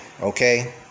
Okay